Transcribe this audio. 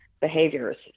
behaviors